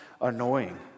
annoying